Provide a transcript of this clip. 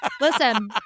Listen